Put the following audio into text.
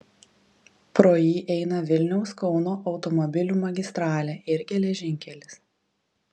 pro jį eina vilniaus kauno automobilių magistralė ir geležinkelis